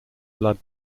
blood